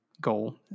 goal